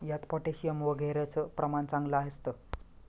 यात पोटॅशियम वगैरेचं प्रमाण चांगलं असतं